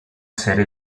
serie